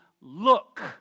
look